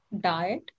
diet